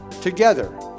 together